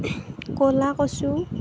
ক'লা কচু